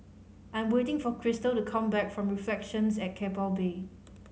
I'm waiting for Krystal to come back from Reflections at Keppel Bay